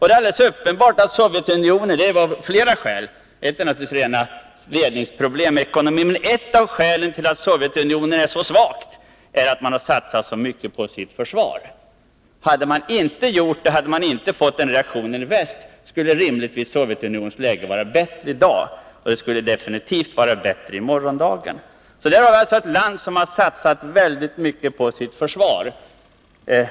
Det är alldeles uppenbart att ett av skälen — det finns flera skäl, t.ex. problem med ledning av ekonomin — till att Sovjetunionen är så svagt är att man har satsat så mycket på sitt försvar. Hade maninte gjort det, hade man inte fått denna reaktion i väst, och därmed hade Sovjetunionens läge rimligtvis varit bättre i dag och skulle definitivt vara bättre för morgondagen. Det är alltså ett land som har satsat väldigt mycket på sitt försvar.